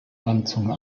landzunge